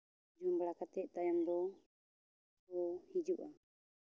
ᱡᱚᱢ ᱵᱟᱲᱟ ᱠᱟᱛᱮᱫ ᱛᱟᱭᱚᱢ ᱫᱚᱠᱚ ᱦᱤᱡᱩᱜᱼᱟ